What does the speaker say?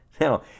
Now